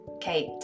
Kate